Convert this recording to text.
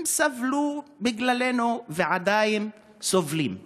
הם סבלו בגללנו ועדיין סובלים,